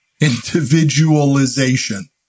individualization